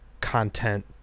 content